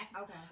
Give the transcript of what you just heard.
okay